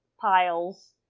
piles